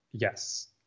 Yes